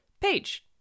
page